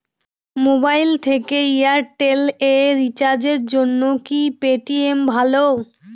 Mobile থেকে Airtel এ রিচার্জের জন্য কি পেটিএম ভালো?